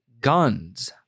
guns